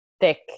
thick